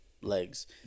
legs